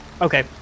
Okay